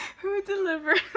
who delivers,